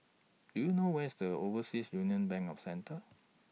Do YOU know Where IS The Overseas Union Bank of Centre